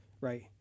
right